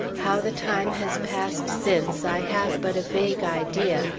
how the time has passed since, i have but a vague idea,